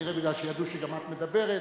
כנראה מכיוון שידעו שגם את מדברת,